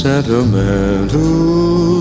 Sentimental